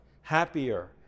happier